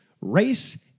race